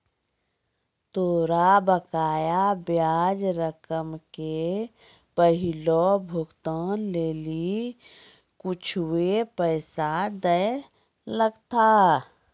तोरा बकाया ब्याज रकम के पहिलो भुगतान लेली कुछुए पैसा दैयल लगथा